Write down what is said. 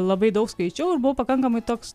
labai daug skaičiau ir buvo pakankamai toks